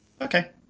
Okay